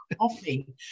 coffee